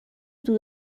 دود